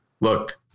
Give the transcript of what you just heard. Look